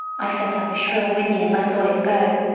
i set up a shrill whinny as i saw him go.